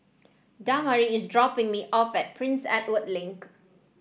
Damari is dropping me off at Prince Edward Link